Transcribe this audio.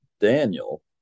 Daniel